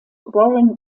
warren